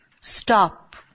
stop